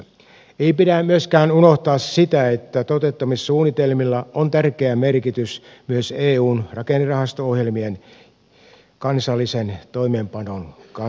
ei pidä myöskään unohtaa sitä että toteuttamissuunnitelmilla on tärkeä merkitys myös eun rakennerahasto ohjelmien kansallisen toimeenpanon kannalta